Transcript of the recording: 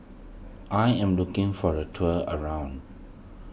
I am looking for a tour around